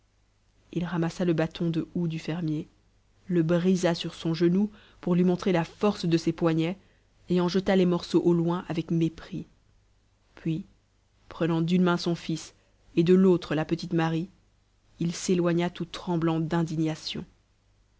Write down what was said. il ramassa le bâton de houx du fermier le brisa sur son genou pour lui montrer la force de ses poignets et en jeta les morceaux au loin avec mépris puis prenant d'une main son fils et de l'autre la petite marie il s'éloigna tout tremblant d'indignation